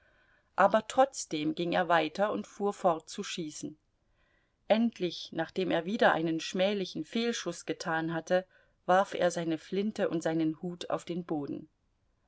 aber trotzdem ging er weiter und fuhr fort zu schießen endlich nachdem er wieder einen schmählichen fehlschuß getan hatte warf er seine flinte und seinen hut auf den boden